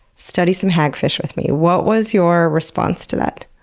study some hagfish with me. what was your response to that?